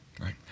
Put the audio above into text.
Right